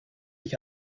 ich